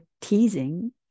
teasing